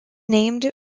named